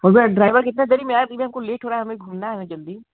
और भैया ड्राइवर कितना देरी में आए क्योंकि हमको लेट हो रहा हे हमें घूमना है जल्दी